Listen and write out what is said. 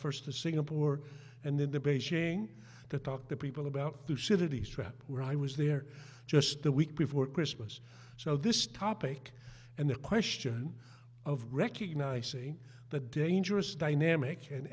first to singapore and then the beijing to talk to people about two cities trip where i was there just the week before christmas so this topic and the question of recognizing the dangerous dynamic and